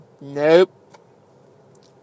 Nope